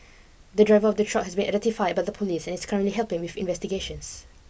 the driver of the truck has been identified by the police and is currently helping with investigations